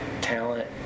talent